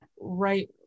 right